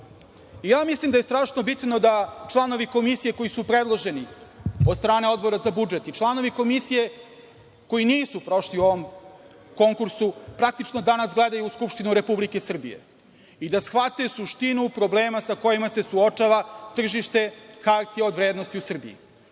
sazivu. Mislim da je strašno bitno da članovi Komisije koji su predloženi od strane Odbora za budžet i članovi Komisije koji nisu prošli u ovom konkursu praktično danas gledaju Skupštinu Republike Srbije i da shvate suštinu problema sa kojima se suočava tržište hartija od vrednosti u Srbiji.